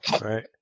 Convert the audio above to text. Right